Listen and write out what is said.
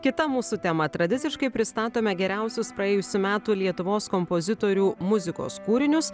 kita mūsų tema tradiciškai pristatome geriausius praėjusių metų lietuvos kompozitorių muzikos kūrinius